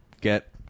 Get